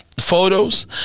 photos